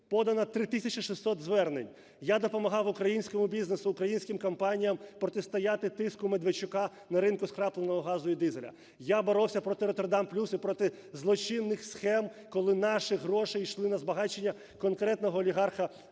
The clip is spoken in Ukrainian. тисячі 600 звернень. Я допомагав українському бізнесу, українським компаніям протистояти тиску Медведчука на ринку скрапленого газу і дизеля. Я боровся проти "Роттердам плюс" і проти злочинних схем, коли наші гроші йшли на збагачення конкретного олігарха